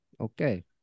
Okay